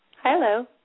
Hello